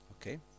Okay